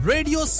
Radio